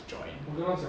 join